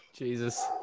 Jesus